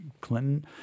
Clinton